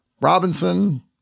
Robinson